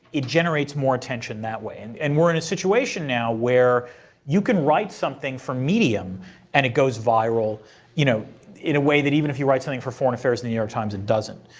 it generates more attention that way. and and we're in a situation now where you can write something for medium and it goes viral you know in a way that even if you write something for foreign affairs and the new york times it doesn't.